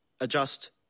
adjust